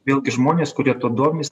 vėlgi žmonės kurie tuo domis